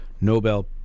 Nobel